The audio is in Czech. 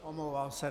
Omlouvám se.